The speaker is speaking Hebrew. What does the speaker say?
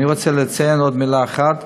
אני רוצה לציין עוד מילה אחת,